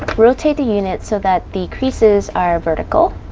rotate the unit so that the creases are vertical.